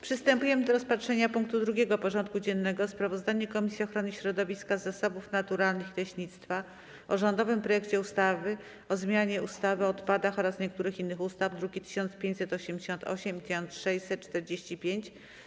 Przystępujemy do rozpatrzenia punktu 2. porządku dziennego: Sprawozdanie Komisji Ochrony Środowiska, Zasobów Naturalnych i Leśnictwa o rządowym projekcie ustawy o zmianie ustawy o odpadach oraz niektórych innych ustaw (druki nr 1588 i 1645)